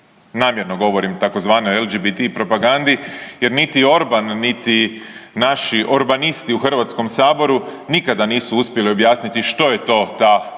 Namjerno govorim tzv. LGBT propagandi jer niti Orban, niti naši Orbanisti u HS nikada nisu uspjeli objasniti što je ta LGBT propaganda